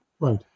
Right